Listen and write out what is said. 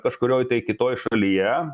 kažkurioj tai kitoj šalyje